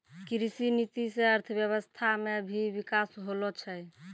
कृषि नीति से अर्थव्यबस्था मे भी बिकास होलो छै